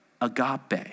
agape